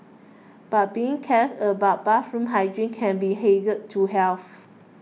but being careless about bathroom hygiene can be hazard to health